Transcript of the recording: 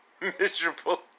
miserable